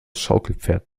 schaukelpferd